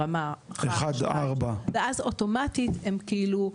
ברמה 1,2. ואז אוטומטית הם כאילו,